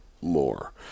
more